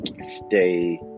stay